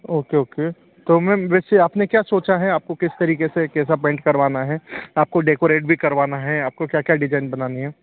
okay okay तो ma'am वैसे आप ने क्या सोचा है आपको किस तरीक़े से कैसा पेन्ट करवाना है आपको डेकोरेट भी करवाना है आपको क्या क्या डिजाइन बनानी है